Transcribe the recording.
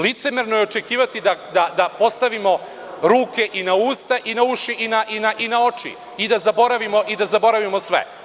Licemerno je očekivati da postavimo ruke i na usta i na uši i na oči i da zaboravimo sve.